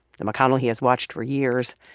the mcconnell he has watched for years.